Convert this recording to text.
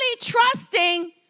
trusting